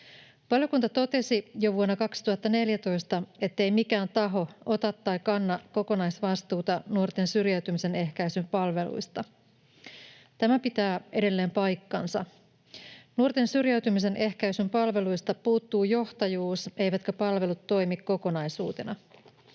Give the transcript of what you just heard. Valiokunta totesi jo vuonna 2014, ettei mikään taho ota tai kanna kokonaisvastuuta nuorten syrjäytymisen ehkäisyn palveluista. Tämä pitää edelleen paikkansa. Nuorten syrjäytymisen ehkäisyn palveluista puuttuu johtajuus, eivätkä palvelut toimi kokonaisuutena.